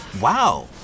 Wow